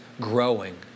growing